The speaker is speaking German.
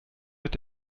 mit